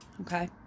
Okay